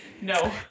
No